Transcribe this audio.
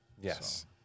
yes